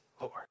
Lord